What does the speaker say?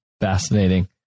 Fascinating